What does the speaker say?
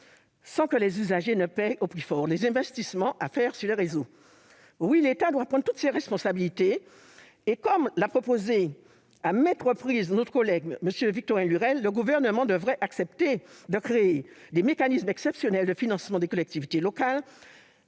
sans que les usagers paient au prix fort les investissements à faire sur les réseaux ? Oui, l'État doit prendre ses responsabilités. Comme l'a proposé à maintes reprises notre collègue Victorin Lurel, le Gouvernement devrait accepter de créer des mécanismes exceptionnels de financement des collectivités locales.